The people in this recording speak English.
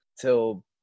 till